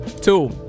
Two